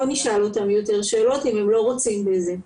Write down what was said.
לא נשאל אותם יותר שאלות אם הם לא רוצים בזה.